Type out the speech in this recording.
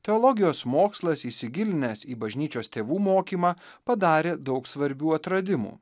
teologijos mokslas įsigilinęs į bažnyčios tėvų mokymą padarė daug svarbių atradimų